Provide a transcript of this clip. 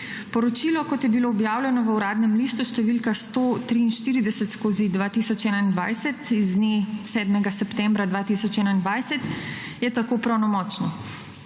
Poročilo, kot je bilo objavljeno v uradnem listu številka 143/2021 z dne 7. septembra 2021 je tako pravnomočno.